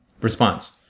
response